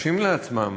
מרשים לעצמם,